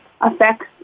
affects